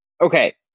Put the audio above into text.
okay